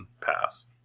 path